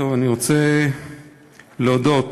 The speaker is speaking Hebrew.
אני רוצה להודות,